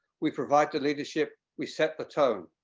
we provide the leadership. we set the tone.